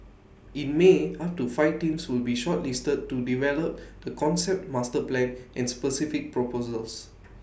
in may up to five teams will be shortlisted to develop the concept master plan and specific proposals